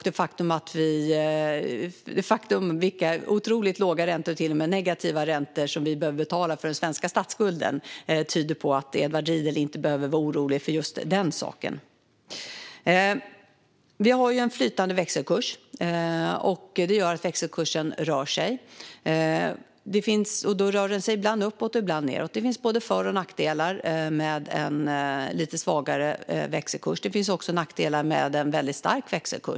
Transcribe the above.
Det faktum att vi behöver betala otroligt låga och till och med negativa räntor för den svenska statsskulden tyder på att Edward Riedl inte behöver vara orolig för just den saken. Vi har en flytande växelkurs. Det gör att växelkursen rör sig. Den rör sig ibland uppåt och ibland nedåt, och det finns både för och nackdelar med en lite svagare växelkurs. Det finns också nackdelar med en väldigt stark växelkurs.